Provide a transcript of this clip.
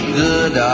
good